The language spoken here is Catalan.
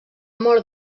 mort